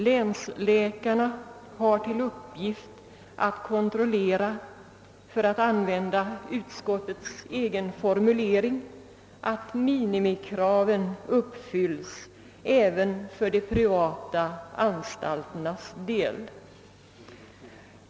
Länsläkarna har till uppgift att kontrollera — för att använda utskottets egen formulering — »att minimikraven uppfylls även för de privata sjukvårdsanstalternas del».